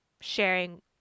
sharing